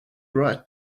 write